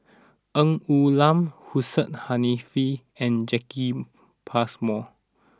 Ng Woon Lam Hussein Haniff and Jacki Passmore